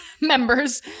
members